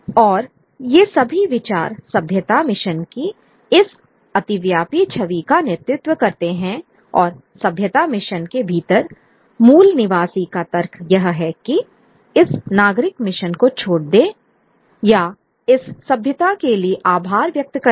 और ये सभी विचार सभ्यता मिशन की इस अतिव्यापी छवि का नेतृत्व करते हैं और सभ्यता मिशन के भीतरमूल निवासी का तर्क यह है कि इस नागरिक मिशन को छोड़ दें या इस सभ्यता के लिए आभार व्यक्त करें